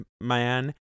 man